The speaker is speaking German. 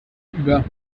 über